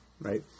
right